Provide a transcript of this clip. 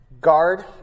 guard